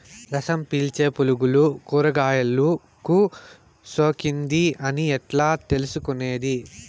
రసం పీల్చే పులుగులు కూరగాయలు కు సోకింది అని ఎట్లా తెలుసుకునేది?